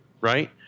right